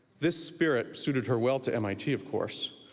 this spirit suited her well to mit of course,